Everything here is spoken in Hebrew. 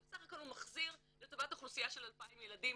בסך הכל הוא מחזיר לטובת אוכלוסייה של 2,000 ילדים,